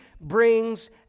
brings